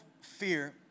fear